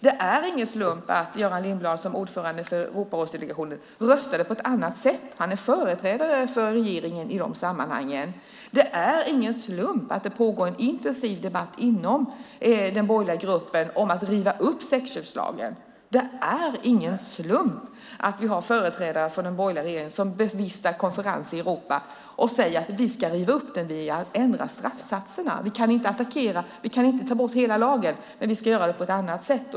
Det är ingen slump att Göran Lindblad som ordförande för Europarådsdelegationen röstade på ett annat sätt. Han är företrädare för regeringen i dessa sammanhang. Det är ingen slump att det pågår en intensiv debatt inom den borgerliga gruppen om att riva upp sexköpslagen. Det är ingen slump att företrädare för den borgerliga regeringen bevistar konferenser i Europa och säger: Vi ska riva upp lagen genom att ändra straffsatserna. Vi kan inte ta bort hela lagen, men vi ska göra det på ett annat sätt.